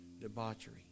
debauchery